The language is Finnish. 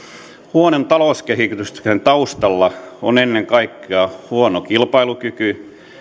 huonon talouskehityksen taustalla on ennen kaikkea huono kilpailukyky